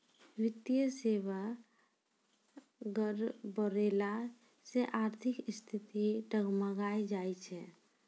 वित्तीय सेबा गड़बड़ैला से आर्थिक स्थिति डगमगाय जाय छै